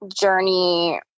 journey